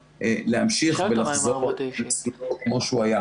להמשיך ולחזור פעילות עסקית כמו שהוא היה.